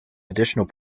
additional